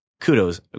Kudos